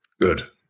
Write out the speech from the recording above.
good